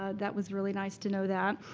ah that was really nice to know that.